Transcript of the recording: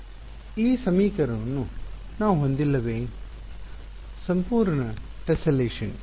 ವಿದ್ಯಾರ್ಥಿ ಈ ಸಮೀಕರಣವನ್ನು ನಾವು ಹೊಂದಿಲ್ಲವೇ ಉಲ್ಲೇಖ ಸಮಯ 1657 ಸಂಪೂರ್ಣ ಟೆಸ್ಸೆಲೇಷನ್